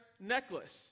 necklace